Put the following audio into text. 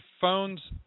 phones